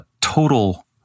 total